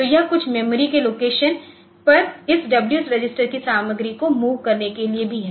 तो यह कुछ मेमोरी के लोकेशन पर इस W रजिस्टर की सामग्री को मूव करने के लिए भी है